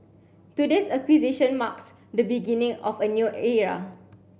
today's acquisition marks the beginning of a new era